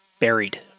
buried